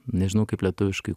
nežinau kaip lietuviškai